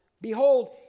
Behold